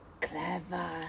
clever